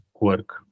work